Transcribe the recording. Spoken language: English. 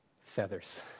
feathers